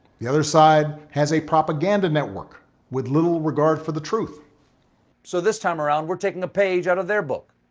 the other side has a propaganda network with little regard for the truth. stephen so this time around, we're taking a page out of their book.